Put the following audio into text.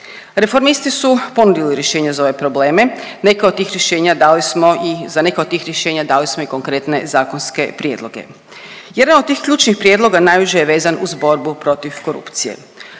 Reformisti su ponudili rješenje za ove probleme, neke od tih rješenja dali smo i za neka od tih rješenja dali smo i konkretne zakonske prijedloge. Jedan od tih ključnih prijedloga najuže je vezan uz borbu protiv korupcije.